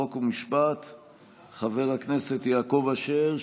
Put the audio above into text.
חוק ומשפט חבר הכנסת יעקב אשר,